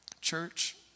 Church